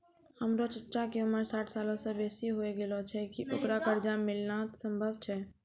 हमरो चच्चा के उमर साठ सालो से बेसी होय गेलो छै, कि ओकरा कर्जा मिलनाय सम्भव छै?